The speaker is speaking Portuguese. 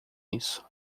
isso